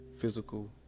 physical